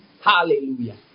Hallelujah